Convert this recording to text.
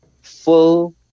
full